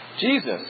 Jesus